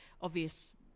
obvious